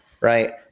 right